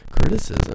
criticism